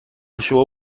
شما